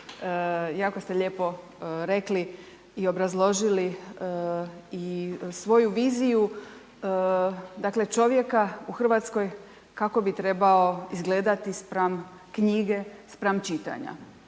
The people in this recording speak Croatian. jako ste lijepo rekli i obrazložili i svoju viziju, dakle, čovjeka u RH kako bi trebao izgledati spram knjige, spram čitanja